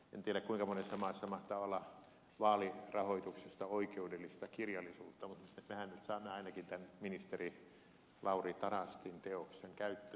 en tiedä kuinka monessa maassa mahtaa olla vaalirahoituksesta oikeudellista kirjallisuutta mutta mehän nyt saamme ainakin tämän ministeri lauri tarastin teoksen käyttöömme tästä asiasta